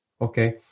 okay